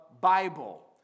Bible